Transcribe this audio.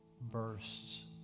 bursts